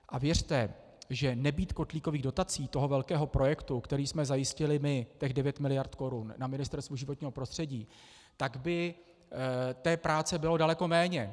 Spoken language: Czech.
A věřte, že nebýt kotlíkových dotací, toho velkého projektu, který jsme zajistili my, těch 9 mld. korun na Ministerstvu životního prostředí, tak by té práce bylo daleko méně.